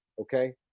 Okay